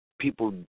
people